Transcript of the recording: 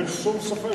אין שום ספק.